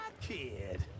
kid